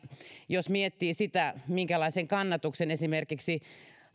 jos esimerkiksi miettii minkälaisen kannatuksen